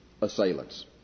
assailants